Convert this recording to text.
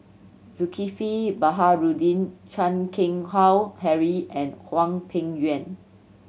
Zulkifli Baharudin Chan Keng Howe Harry and Hwang Peng Yuan